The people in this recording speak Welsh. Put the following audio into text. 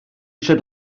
eisiau